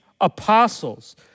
apostles